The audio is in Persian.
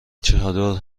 چادر